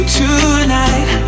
tonight